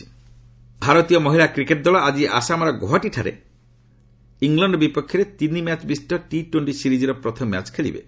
woman cricket ଭାରତୀୟ ମହିଳା cricket ଦଳ ଆଜି ଆସାମର ଗୌହାଟୀଠାରେ ଇଂଲଣ୍ଡ ବିପକ୍ଷରେ ତିନି ମ୍ୟାଚ୍ ବିଶିଷ୍ଟ ଟି ଟୋଣ୍ଟି ସିରିଜ୍ର ପ୍ରଥମ ମ୍ୟାଚ୍ ଖେଳିବେ